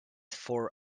for